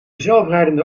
zelfrijdende